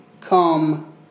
come